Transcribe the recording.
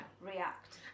react